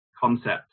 concept